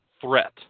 threat